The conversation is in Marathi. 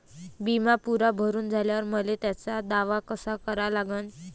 बिमा पुरा भरून झाल्यावर मले त्याचा दावा कसा करा लागन?